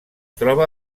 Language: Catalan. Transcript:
troba